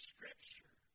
Scripture